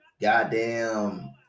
goddamn